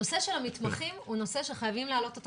הנושא של המתמחים הוא נושא שחייבים להעלות אותו